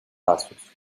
pasos